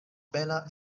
bela